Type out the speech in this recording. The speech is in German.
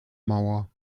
mauer